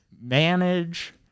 manage